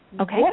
Okay